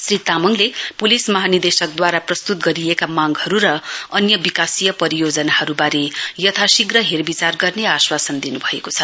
श्री तामाङले पुलिस महानिर्देशकद्वारा प्रस्तुत गरिएका मांगहरू र अन्य विकाशीय परियोजनाहरूबारे यथाशीघ्र हेरविचार गर्ने आश्वासन दिनु भएको छ